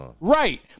Right